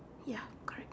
ya correct